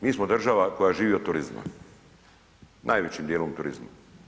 Mi smo država koja živi od turizma, najvećim dijelom turizma.